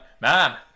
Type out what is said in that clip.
man